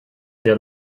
wir